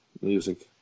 music